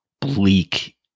bleak